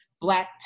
black